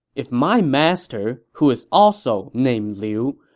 if my master, who is also named liu,